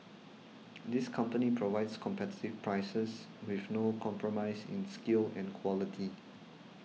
this company provides competitive prices with no compromise in skill and quality